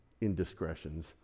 indiscretions